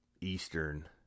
Eastern